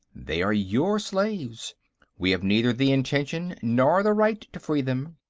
they are your slaves we have neither the intention nor the right to free them.